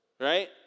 Right